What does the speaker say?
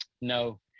No